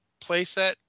playset